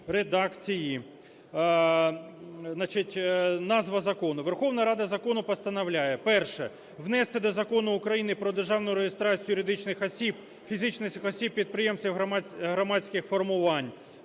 Значить, назва закону. Верховна Рада закону постановляє: Перше. Внести до Закону України про державну реєстрацію юридичних осіб, фізичних осіб-підприємців, громадських формувань